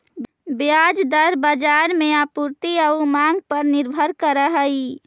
ब्याज दर बाजार में आपूर्ति आउ मांग पर निर्भर करऽ हइ